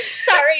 Sorry